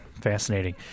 Fascinating